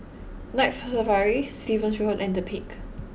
Night Safari Stevens Road and The Peak